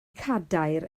cadair